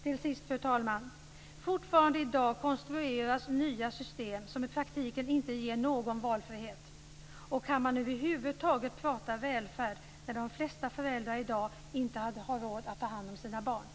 Till sist, fru talman, konstrueras fortfarande i dag nya system som i praktiken inte ger någon valfrihet. Kan man över huvud taget tala om välfärd när de flesta föräldrar i dag inte har råd att ta hand om sina barn?